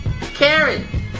Karen